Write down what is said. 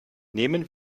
nehmen